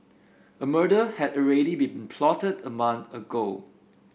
a murder had already been plotted a month ago